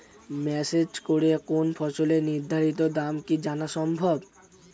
Message করে কোন ফসলের নির্ধারিত দাম কি জানা সম্ভব?